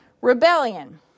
rebellion